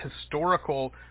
historical